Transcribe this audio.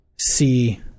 see